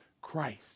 Christ